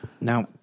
Now